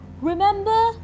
Remember